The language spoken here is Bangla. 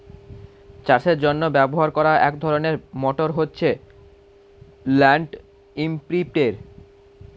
চাষের জন্য ব্যবহার করা এক ধরনের মোটর হচ্ছে ল্যান্ড ইমপ্রিন্টের